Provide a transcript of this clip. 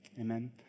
Amen